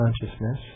consciousness